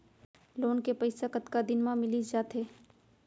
Loan के पइसा कतका दिन मा मिलिस जाथे?